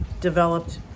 developed